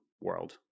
world